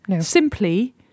simply